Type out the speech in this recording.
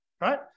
right